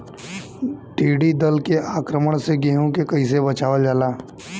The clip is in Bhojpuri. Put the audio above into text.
टिडी दल के आक्रमण से गेहूँ के कइसे बचावल जाला?